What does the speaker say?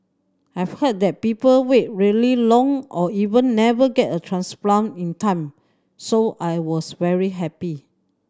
I've heard that people wait really long or even never get a transplant in time so I was very happy